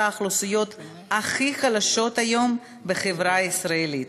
האוכלוסיות הכי חלשות היום בחברה הישראלית,